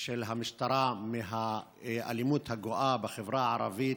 של המשטרה מהאלימות הגואה בחברה הערבית,